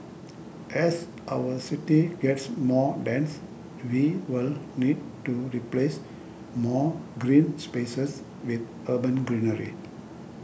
as our city gets more dense we will need to replace more green spaces with urban greenery